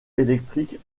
électrique